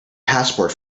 passport